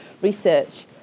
research